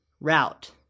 route